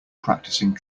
practicing